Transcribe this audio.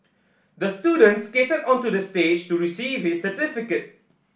the student skated onto the stage to receive his certificate